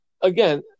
again